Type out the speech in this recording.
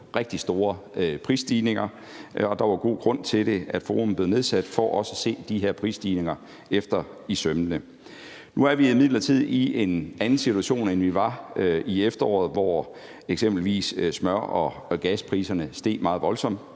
rigtig store prisstigninger, og der var god grund til, at forummet blev nedsat for også at se de her prisstigninger efter i sømmene. Nu er vi imidlertid i en anden situation, end vi var i efteråret, hvor eksempelvis smør- og gaspriserne steg meget voldsomt;